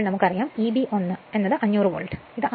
ഇപ്പോൾ നമുക്കറിയാം Eb 1 500 volt